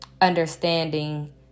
understanding